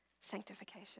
sanctification